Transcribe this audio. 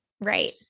Right